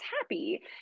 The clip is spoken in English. happy